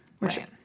Right